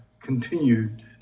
continued